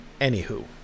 Anywho